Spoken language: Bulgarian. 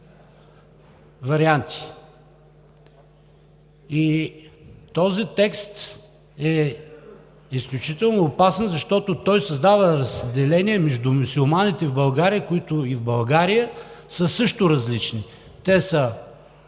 Този текст е изключително опасен, защото създава разединение между мюсюлманите в България, които и в България са също различни. Те са